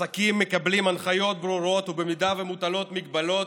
העסקים מקבלים הנחיות ברורות ואם מוטלות מגבלות,